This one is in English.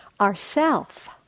ourself